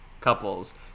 couples